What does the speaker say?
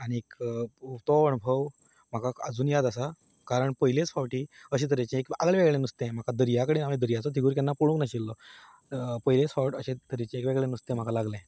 आनी तो अणभव म्हाका आजून याद आसा कारण पयलेच फावटी अशे तरेचें आगळें वेगळें नुस्तें म्हाका दर्ये कडेन हांवें दर्याचो तिगूर केन्ना पळोवंक नाशिल्लो पयलेच फावट अशें वेगळे तरेचें नुस्तें म्हाका लागलें